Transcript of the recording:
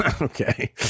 Okay